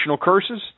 curses